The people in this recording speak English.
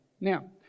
Now